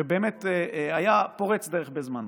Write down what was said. שהיה פורץ דרך בזמנו,